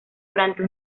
durante